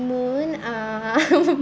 um